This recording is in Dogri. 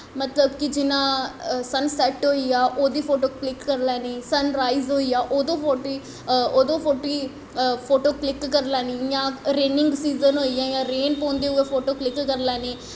मतलब कि जि'यां सनसैट होई गेआ ओह्दी फोटो क्लिक करी लैन्नी सन राईज़ होई गेआ ओह्दी फोटो क्लिक करी लैन्नी इ'यां रेनिंग सिज़न होई गेआ रेंन पौंदी फोटो क्लिक करी लैन्नी